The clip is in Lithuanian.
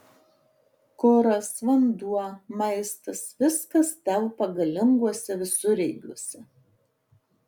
kuras vanduo maistas viskas telpa galinguose visureigiuose